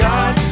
God